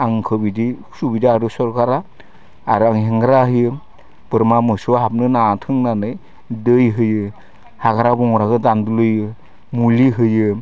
आंखो बिदि सुबिदा होदो सरखारा आरो आं हेंग्रा होयो बोरमा मोसौ हाबनो नाथों होननानै दै होयो हाग्रा बंग्रायावथ' दाम गोलैयो मुलि होयो